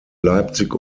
leipzig